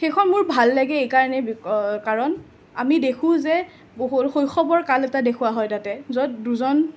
সেইখন মোৰ ভাল লাগে এইকাৰণেই বিকজ কাৰণ আমি দেখোঁ যে বহু শৈশৱৰ কাল এটা দেখুওৱা হয় তাতে য'ত দুজন